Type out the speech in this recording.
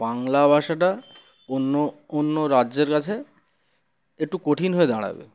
বাংলা ভাষাটা অন্য অন্য রাজ্যের কাছে একটু কঠিন হয়ে দাঁড়াবে